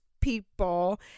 people